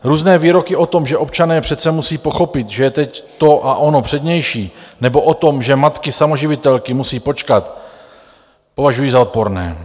Různé výroky o tom, že občané přece musí pochopit, že je teď to a ono přednější, nebo o tom, že matky samoživitelky musí počkat, považuji za odporné.